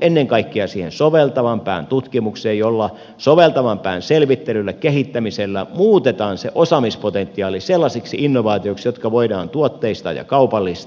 ennen kaikkea siihen soveltavampaan tutkimukseen jolla soveltavammalla selvittelyllä kehittämisellä muutetaan se osaamispotentiaali sellaisiksi innovaatioiksi jotka voidaan tuotteistaa ja kaupallistaa